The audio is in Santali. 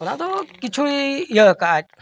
ᱚᱱᱟ ᱫᱚ ᱠᱤᱪᱷᱩᱭ ᱤᱭᱟᱹ ᱠᱟᱜᱼᱟᱭ